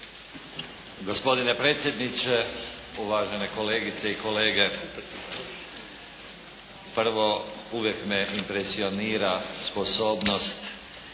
Gospodine predsjedniče, uvažene kolegice i kolege. Prvo, uvijek me impresionira sposobnost